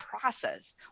process